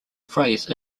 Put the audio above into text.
phrase